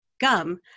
gum